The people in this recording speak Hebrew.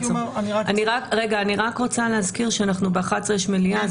אני רוצה להזכיר שב-11:00 יש מליאה,